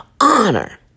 Honor